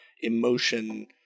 emotion